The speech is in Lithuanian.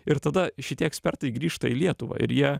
ir tada šitie ekspertai grįžta į lietuvą ir jie